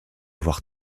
avoir